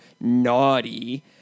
naughty